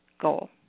goal